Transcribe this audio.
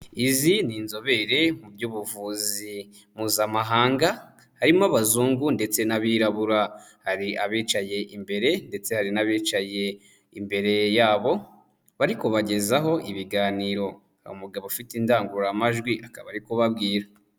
Izi ni inzobere mu by'ubuvuzi mpuzamahanga, harimo abazungu ndetse n'abirabura, hari abicaye imbere, ndetse hari n'abicaye imbere yabo bari kubagezaho ibiganiro, umugabo ufite indangururamajwi akaba ari kubabwira.